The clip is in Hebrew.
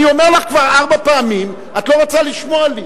אני אומר לך כבר ארבע פעמים, את לא רוצה לשמוע לי.